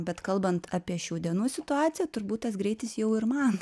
bet kalbant apie šių dienų situaciją turbūt tas greitis jau ir man